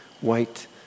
white